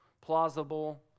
plausible